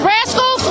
Rascal